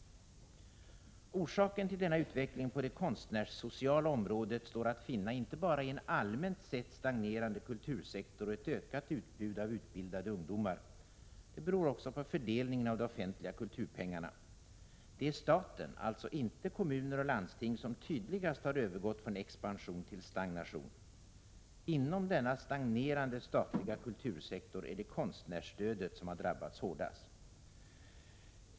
Orsaken till denna utveckling på det konstnärssociala området står att finna inte bara i en allmänt sett stagnerande kultursektor och ett ökat utbud av utbildade ungdomar. Utvecklingen beror också på fördelningen av de offentliga kulturpengarna. Det är staten, alltså inte komuner och landsting, som tydligast har övergått från expansion till stagnation. Inom denna stagnerande statliga kultursektor är det konstnärsstödet som har drabbats hårdast.